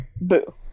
boo